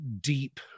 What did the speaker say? deep